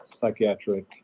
psychiatric